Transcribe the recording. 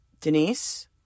Denise